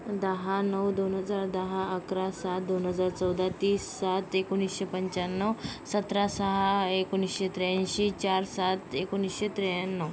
दहा नऊ दोन हजार दहा अकरा सात दोन हजार चौदा तीस सात एकोणिसशे पंच्याण्णव सतरा सहा एकोणिसशे त्र्याऐंशी चार सात एकोणिसशे त्र्याण्णव